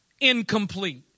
incomplete